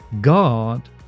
God